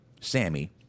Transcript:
Sammy